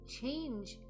change